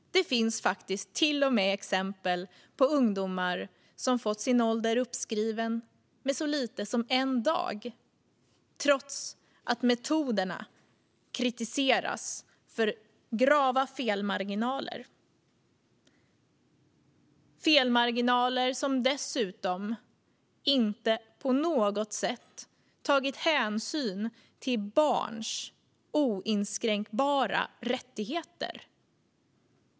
Det finns till och med exempel på ungdomar som fått sin ålder uppskriven med så lite som en dag, trots att metoderna kritiseras för grava felmarginaler som dessutom inte på något sätt tar hänsyn till barns oinskränkbara rättigheter.